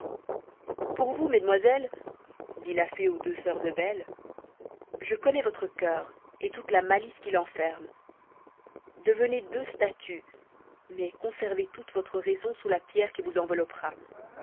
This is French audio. pour vous mesdemoiselles dit la fée aux deux sœurs de belle je connais votre cœur et toute la malice qu'il renferme devenez deux statues mais conservez toute votre raison sous la pierre qui vous enveloppera